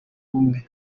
ubumwe